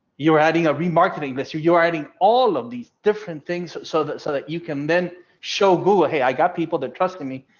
you're adding a remarketing list you're you're adding all of these different things so that so that you can then show google hey, i got people they're trusting me.